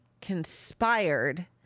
conspired